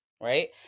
right